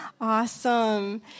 Awesome